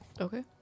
Okay